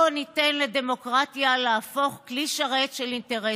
לא ניתן לדמוקרטיה להפוך כלי שרת של אינטרסים.